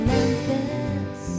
Memphis